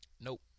Nope